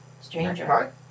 Stranger